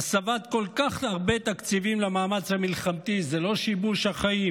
הסבת כל כך הרבה תקציבים למאמץ המלחמתי זה לא שיבוש החיים?